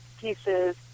pieces